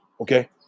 okay